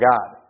God